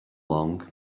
long